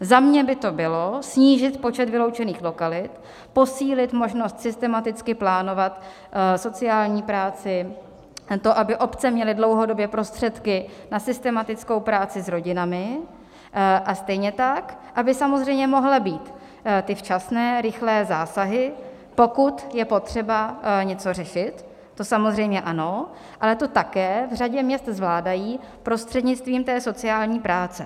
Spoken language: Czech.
Za mě by to bylo snížit počet vyloučených lokalit, posílit možnost systematicky plánovat sociální práci, to, aby obce měly dlouhodobě prostředky na systematickou práci s rodinami a stejně tak aby samozřejmě mohly být ty včasné, rychlé zásahy, pokud je potřeba něco řešit, to samozřejmě ano, ale to také v řadě měst zvládají prostřednictvím sociální práce.